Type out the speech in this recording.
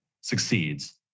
succeeds